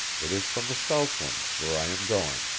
it is from the southland, where i am going.